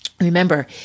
Remember